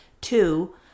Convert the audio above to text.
two